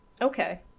Okay